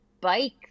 bike